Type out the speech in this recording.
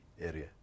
area